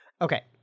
Okay